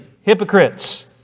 hypocrites